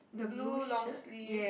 blue long sleeve